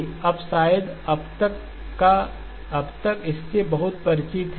आप शायद अब तक इससे बहुत परिचित हैं